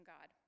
God